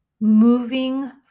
moving